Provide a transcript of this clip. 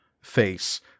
face